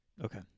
Okay